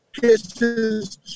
kisses